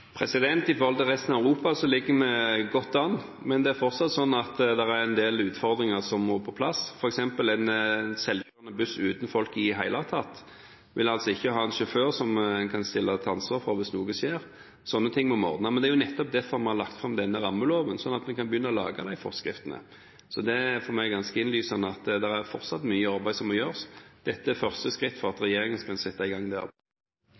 I forhold til resten av Europa ligger vi godt an, men det er fortsatt slik at det er en del utfordringer, f.eks. vil en selvgående buss uten folk i det hele tatt altså ikke ha en sjåfør som en kan stille til ansvar hvis noe skjer. Sånne ting må vi ordne og ha på plass. Det er nettopp derfor vi har lagt fram dette forslaget til rammelov, slik at vi kan begynne å lage de forskriftene. Det er for meg ganske innlysende at det fortsatt er mye arbeid som må gjøres. Dette er første skritt for at regjeringen kan sette i gang det